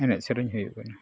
ᱮᱱᱮᱡ ᱥᱮᱨᱮᱧ ᱦᱩᱭᱩᱜ ᱠᱟᱱᱟ